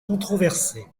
controversée